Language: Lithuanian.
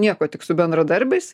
niekuo tik su bendradarbiais